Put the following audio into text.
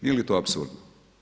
Nije li to apsurdno?